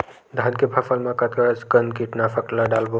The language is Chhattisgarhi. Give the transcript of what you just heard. धान के फसल मा कतका कन कीटनाशक ला डलबो?